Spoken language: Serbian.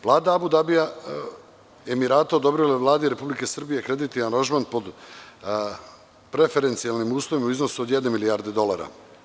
Vlada Abu Dabija, Emirata, odobrila je Vladi Republike Srbije kredit i aranžman po preferencijalnim uslovima u iznosu od jedne milijarde dolara.